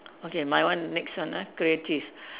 okay my one next one ah creative